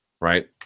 right